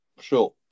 sure